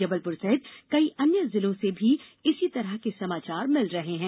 जबलपुर सहित कई अन्य जिलों से भी इसी तरह के समाचार मिल रहे हैं